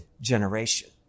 generation